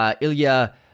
Ilya